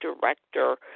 director